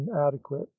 inadequate